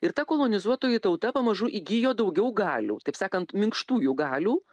ir ta kolonizuotoji tauta pamažu įgijo daugiau galių taip sakant minkštųjų galių